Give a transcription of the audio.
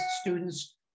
students